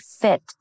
fit